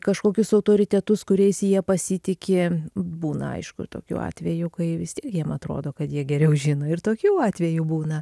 kažkokius autoritetus kuriais jie pasitiki būna aišku ir tokių atvejų kai vis tiek jiem atrodo kad jie geriau žino ir tokių atvejų būna